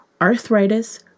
arthritis